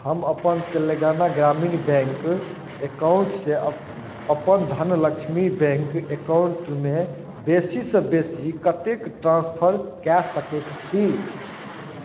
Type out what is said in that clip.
हम अपन तेलङ्गाना ग्रामीण बैँक अकाउण्टसँ अपन धनलक्ष्मी बैँक अकाउण्टमे बेसीसँ बेसी कतेक ट्रान्सफर कऽ सकै छी